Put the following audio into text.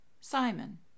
Simon